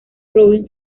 robin